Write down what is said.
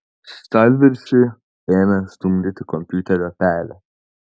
stalviršiu ėmė stumdyti kompiuterio pelę